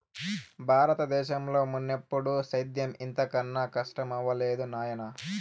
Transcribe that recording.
బారత దేశంలో మున్నెప్పుడూ సేద్యం ఇంత కనా కస్టమవ్వలేదు నాయనా